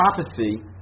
prophecy